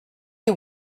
you